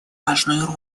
важную